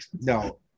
No